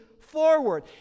forward